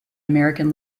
american